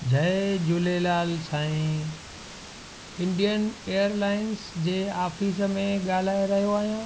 जय झूलेलाल साईं Indian Airlines जे office में ॻाल्हाइ रहियो आहियां